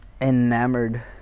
enamored